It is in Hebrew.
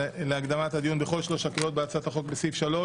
הדיון בכל שלוש הקריאות בהצעת החוק השלישית,